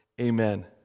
Amen